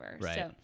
Right